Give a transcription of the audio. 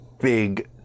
big